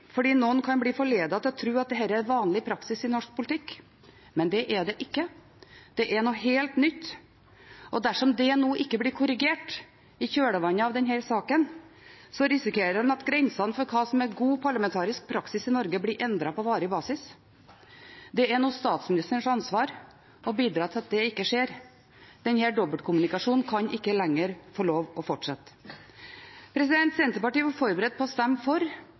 fordi noen kan bli forledet til å tro at dette er vanlig praksis i norsk politikk, men det er det ikke. Det er noe helt nytt. Og dersom det nå ikke blir korrigert i kjølvannet av denne saken, risikerer en at grensene for hva som er god parlamentarisk praksis i Norge, blir endret på varig basis. Det er nå statsministerens ansvar å bidra til at det ikke skjer. Denne dobbeltkommunikasjonen kan ikke lenger få lov til å fortsette. Senterpartiet var forberedt på å stemme for